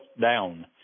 down